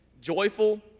Joyful